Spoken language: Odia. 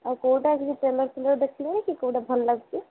ଆଉ କେଉଁଟା ସେ ଯେଉଁ ଟ୍ରେଲର ଫ୍ରେଲର ଦେଖିଲୁଣି କି କେଉଁଟା ଭଲ ଲାଗୁଛି